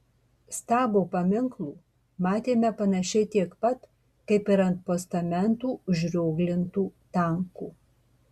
stabo paminklų matėme panašiai tiek pat kaip ir ant postamentų užrioglintų tankų